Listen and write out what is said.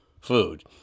food